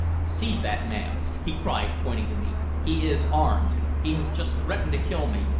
seize that man! he cried, pointing to me. he is armed! he has just threatened to kill me!